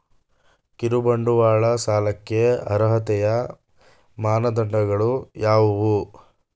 ಕಿರುಬಂಡವಾಳ ಸಾಲಕ್ಕೆ ಅರ್ಹತೆಯ ಮಾನದಂಡಗಳು ಯಾವುವು?